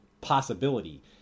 possibility